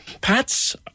Pat's